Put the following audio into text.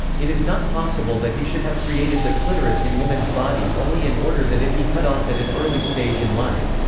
it is not possible that he should have created the clitoris in woman's body only in order that it be cut off at an early stage in life.